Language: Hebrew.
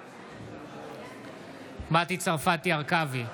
בעד מטי צרפתי הרכבי,